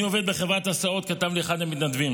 אני עובד בחברת הסעות, כתב לי אחד המתנדבים.